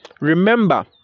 remember